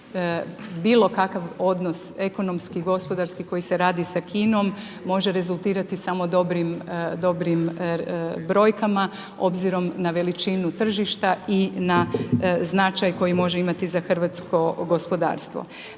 Bilo kakav odnos ekonomski, gospodarski koji se radi sa Kinom može rezultirati samo dobrim brojkama obzirom na veličinu tržišta i na značaj koji može imati za hrvatsko gospodarstvo.